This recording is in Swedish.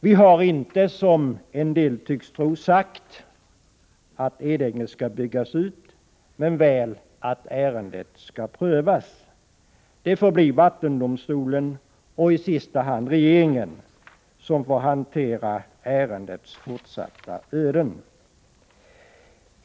Vi har inte, som en del tycks tro, sagt att Edänge skall byggas ut, men väl att ärendet skall prövas. Det får bli vattendomstolen och i sista hand regeringen som får hantera ärendets fortsatta öden.